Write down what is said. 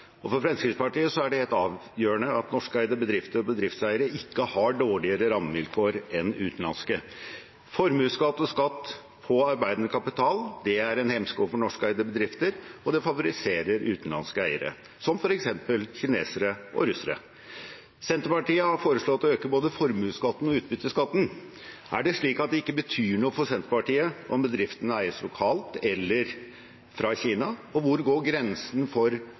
For Fremskrittspartiet er det helt avgjørende at norskeide bedrifter og bedriftseiere ikke har dårligere rammevilkår enn utenlandske. Formuesskatt og skatt på arbeidende kapital er en hemsko for norskeide bedrifter, og det favoriserer utenlandske eiere, som f.eks. kinesere og russere. Senterpartiet har foreslått å øke både formuesskatten og utbytteskatten. Er det slik at det ikke betyr noe for Senterpartiet om bedriftene eies lokalt eller fra Kina? Og hvor går grensen for